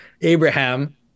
Abraham